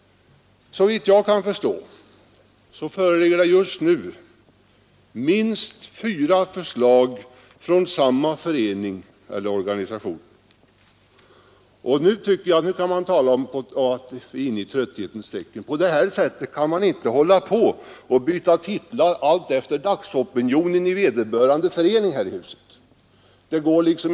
Såvitt jag kan förstå, föreligger det just nu minst fyra förslag från samma förening eller organisation, och nu tycker jag att man kan tala om att arbeta i trötthetens tecken. Det går inte att byta titlar alltefter dagsopinionen i vederbörande förening här i huset.